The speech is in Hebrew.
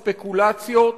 יש בעיה.